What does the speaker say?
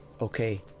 okay